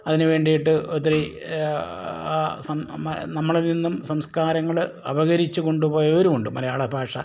അതിന് വേണ്ടിയിട്ട് ഒത്തിരി നമ്മളിൽനിന്നും സംസ്കാരങ്ങൾ അപഹരിച്ച് കൊണ്ടുപോയവരുമുണ്ട് മലയാളഭാഷ